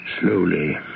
Slowly